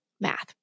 math